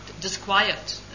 disquiet